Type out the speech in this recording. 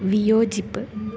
വിയോജിപ്പ്